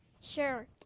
Sure